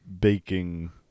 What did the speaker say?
Baking